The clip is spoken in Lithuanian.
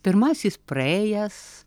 pirmasis praėjęs